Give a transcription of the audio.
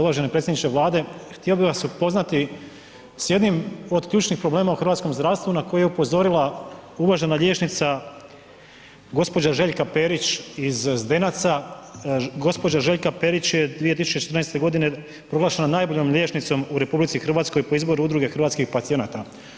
Uvaženi predsjedniče Vlade, htio bih vas upoznati s jednim od ključnih problema u hrvatskom zdravstvu na koji je upozorila uvažena liječnica gđa. Željka Perić iz Zdenaca, gđa. Željka Perić je 2014.g. proglašena najboljom liječnicom u RH po izboru udruge hrvatskih pacijenata.